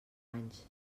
anys